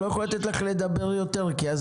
אני לא יכול לאפשר לך לדבר יותר כי אז